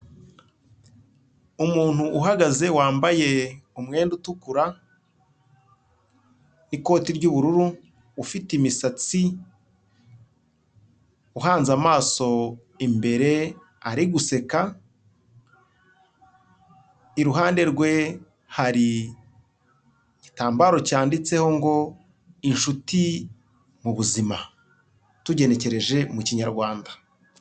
Umuntu uhagaze wambaye umwenda utukura, n'ikoti ry'ubururu ufite imisatsi, uhanze amaso imbere ari guseka, iruhande rwe hari igitambaro cyanditseho ngo inshuti mu buzima tugenekereje mu kinyarwanda.